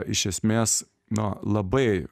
iš esmės nu labai